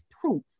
proof